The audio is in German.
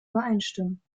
übereinstimmen